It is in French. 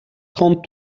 trente